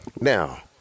Now